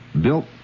built